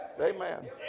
Amen